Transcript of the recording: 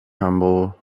humble